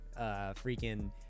freaking